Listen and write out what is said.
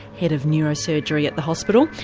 head of neurosurgery at the hospital.